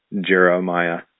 Jeremiah